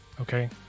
okay